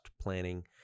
planning